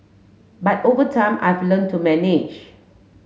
but over time I've learnt to manage